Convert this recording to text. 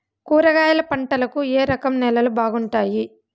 కూరగాయల పంటలకు ఏ రకం నేలలు బాగుంటాయి?